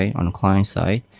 on client side,